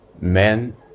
men